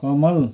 कमल